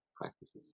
practices